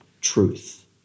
truth